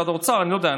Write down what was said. אני לא יודע.